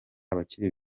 abakiri